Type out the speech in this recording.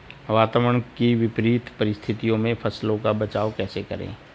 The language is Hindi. वातावरण की विपरीत परिस्थितियों में फसलों का बचाव कैसे करें?